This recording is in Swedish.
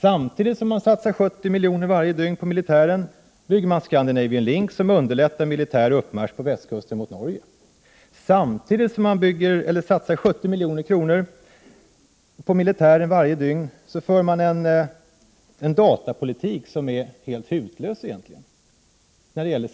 Samtidigt som man varje dygn satsar 70 milj.kr. på militären, bygger man Scandinavian Link, som underlättar militär uppmarsch på västkusten mot Norge. Samtidigt som man varje dygn satsar 70 milj.kr. på militären, för man en datapolitik som med tanke på säkerheten egentligen är helt hutlös.